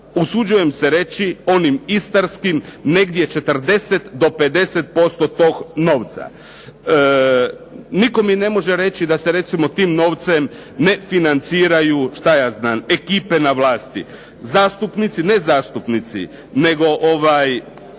usuđujem se reći onim istarskim negdje 40 do 50% tog novca. Nitko mi ne može reći da se recimo tim novcem ne financiraju ekipe na vlasti. Zastupnici, ne zastupnici nego klubovi